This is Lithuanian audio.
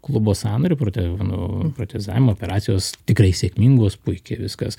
klubo sąnario prote nu protezavimo operacijos tikrai sėkmingos puikiai viskas